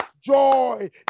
joy